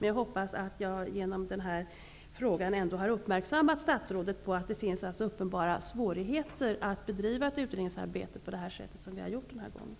Jag hoppas att jag genom denna fråga har uppmärksammat statsrådet på att det finns uppenbara svårigheter att bedriva ett utredningsarbete på detta sätt.